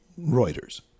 Reuters